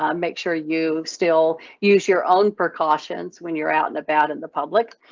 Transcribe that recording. um make sure you still use your own precautions when you're out and about in the public.